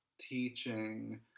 teaching